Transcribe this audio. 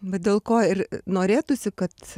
va dėl ko ir norėtųsi kad